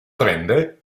prende